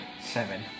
Seven